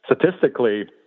statistically